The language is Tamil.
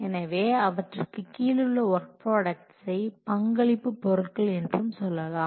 எனவே அவற்றுக்கு கீழுள்ள வொர்க் ப்ராடக்ட்ஸை பங்களிப்பு பொருள்கள் என்று சொல்லலாம்